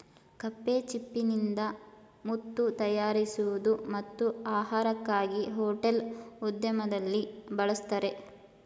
ಕಪ್ಪೆಚಿಪ್ಪಿನಿಂದ ಮುತ್ತು ತಯಾರಿಸುವುದು ಮತ್ತು ಆಹಾರಕ್ಕಾಗಿ ಹೋಟೆಲ್ ಉದ್ಯಮದಲ್ಲಿ ಬಳಸ್ತರೆ